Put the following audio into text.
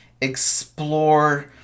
explore